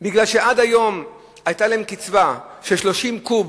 כי עד היום היתה להם קצבה של 30 קוב